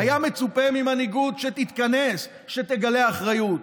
היה מצופה ממנהיגות שתתכנס, שתגלה אחריות.